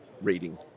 reading